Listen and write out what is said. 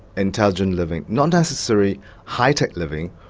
intelligent living, not necessarily high tech living,